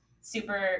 super